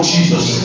Jesus